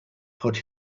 put